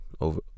over